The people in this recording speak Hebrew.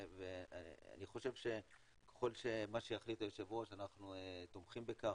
אני חושב שככל ומה שיחליט היושב ראש אנחנו תומכים בכך.